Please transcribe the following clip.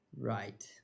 Right